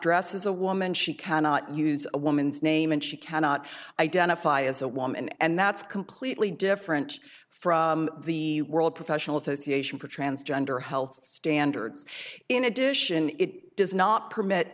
dress as a woman she cannot use a woman's name and she cannot identify as a woman and that's completely different from the world professional association for transgender health standards in addition it does not permit